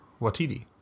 Watiti